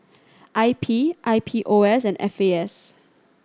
I P I P O S and F A S